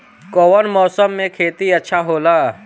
कौन मौसम मे खेती अच्छा होला?